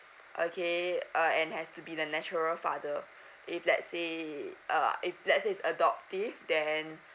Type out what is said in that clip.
okay uh and has to be the natural father if let's say uh if let's say it's adoptive then